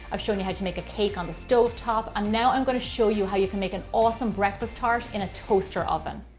i've shown you how to make a cake on the stovetop, and now i'm gonna show you how you can make an awesome breakfast tart in a toaster oven.